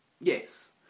Yes